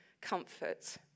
comfort